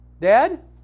Dad